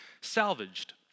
salvaged